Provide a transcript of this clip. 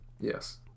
Yes